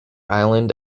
island